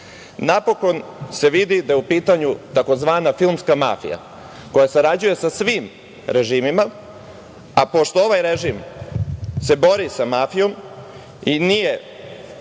Napokon se vidi da je u pitanju tzv. filmska mafija koja sarađuje sa svim režimima, a pošto se ovaj režim bori sa mafijom, i nije